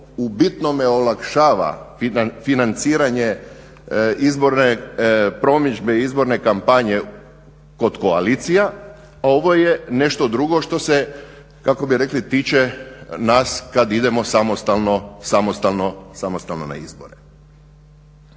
u bitnome olakšava financiranje izborne promidžbe i izborne kampanje kod koalicija, a ovo je nešto drugo što se kako bi rekli tiče nas kada idemo samostalno na izbore.